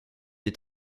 est